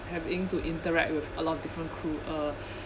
having to interact with a lot of different crew uh